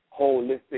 holistic